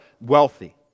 wealthy